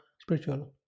spiritual